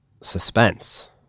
suspense